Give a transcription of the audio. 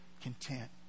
content